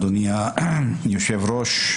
אדוני היושב-ראש,